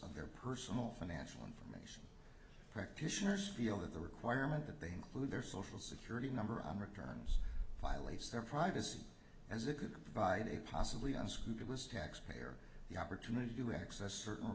of their personal financial and from practitioners feel that the requirement that they include their social security number on returns violates their privacy as it could provide a possibly unscrupulous taxpayer the opportunity to access certain